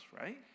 right